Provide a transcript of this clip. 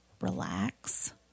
relax